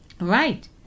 Right